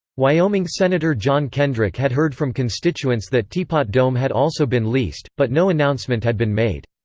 wyoming senator john kendrick had heard from constituents that teapot dome had also been leased, but no announcement had been made.